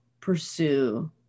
pursue